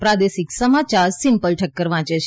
પ્રાદેશિક સમાચાર સીમ્પલ ઠક્કર વાંચે છે